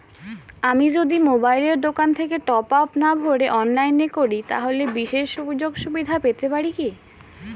আমি যদি মোবাইলের দোকান থেকে টপআপ না ভরে অনলাইনে করি তাহলে বিশেষ সুযোগসুবিধা পেতে পারি কি?